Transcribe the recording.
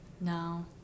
No